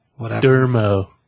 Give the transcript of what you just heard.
Dermo